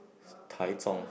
Taichung